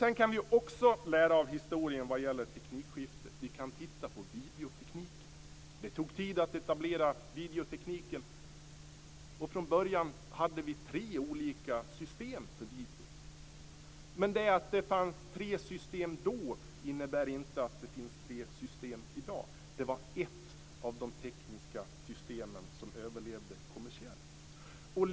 Vi kan också lära av historien vad gäller teknikskiften. Vi kan titta på videotekniken. Det tog tid att etablera videotekniken. Från början hade vi tre olika system för video. Men att det fanns tre system då innebär inte att det finns tre system i dag. Det var ett av de tekniska systemen som överlevde kommersiellt.